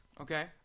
Okay